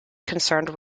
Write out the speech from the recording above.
concerned